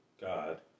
God